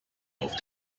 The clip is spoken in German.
auf